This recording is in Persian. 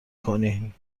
کنی